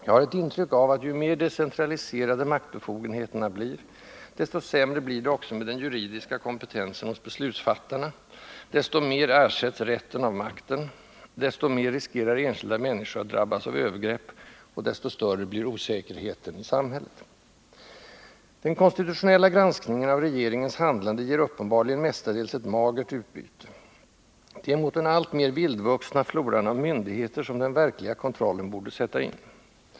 Jag har ett intryck av att ju mer decentraliserade maktbefogenheterna blir, desto sämre blir det också med den juridiska kompetensen hos beslutsfattarna, desto mera ersätts rätten av makten, desto mer riskerar enskilda människor att drabbas av övergrepp och desto större blir osäkerheten i samhället. Den konstitutionella granskningen av regeringens handlande ger uppenbarligen mestadels ett magert utbyte. Det är mot den alltmer vildvuxna floran av myndigheter som den verkliga kontrollen borde sättas in.